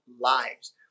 lives